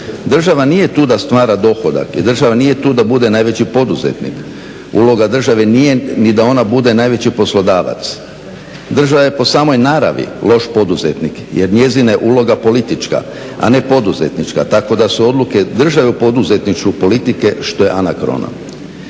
Država nije tu da stvara dohodak i država nije tu da bude najveći poduzetnik. Uloga države nije ni da ona bude najveći poslodavac. Država je po samoj naravi loš poduzetnik, jer njezina je uloga politička a ne poduzetnička, tako da su odluke države u poduzetništvu politike što je anakrono